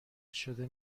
شده